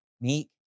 Meek